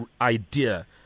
idea